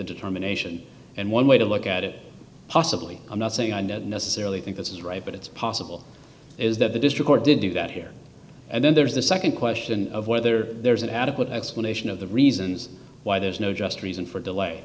determination and one way to look at it possibly i'm not saying i don't necessarily think that's right but it's possible is that the district or did do that here and then there is the nd question of whether there is an adequate explanation of the reasons why there's no just reason for delay